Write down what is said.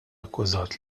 akkużat